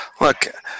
Look